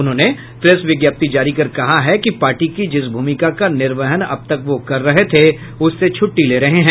उन्होंने प्रेस विज्ञप्ति जारी कर कहा है कि पार्टी की जिस भूमिका का निर्वहन अबतक वो कर रहे थे उससे छुट्टी ले रहे हैं